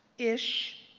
ish.